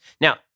Now